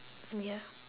ya